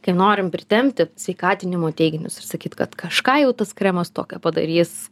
kai norim pritempti sveikatinimo teiginius ir sakyt kad kažką jau tas kremas tokio padarys